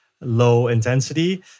low-intensity